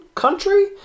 country